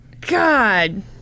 God